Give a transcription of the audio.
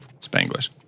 Spanglish